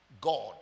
God